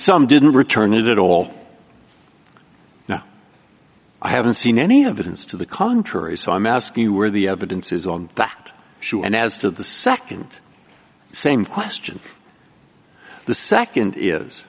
some didn't return it at all no i haven't seen any evidence to the contrary so i'm asking you where the evidence is on that show and as to the second same question the second is